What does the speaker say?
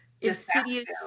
insidious